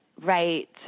Right